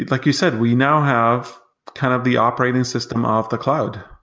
like you said, we now have kind of the operating system of the cloud.